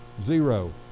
zero